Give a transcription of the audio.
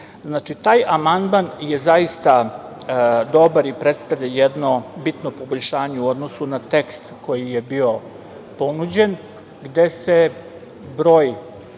taj amandman je zaista dobar i predstavlja jedno bitno poboljšanje u odnosu na tekst koji je bio ponuđen, gde se broj